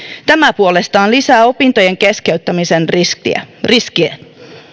tämä puolestaan lisää opintojen keskeyttämisen riskiä riskiä